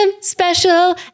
special